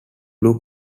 blue